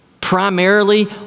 primarily